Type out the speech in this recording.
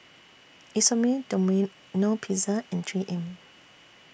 Isomil Domino Pizza and three M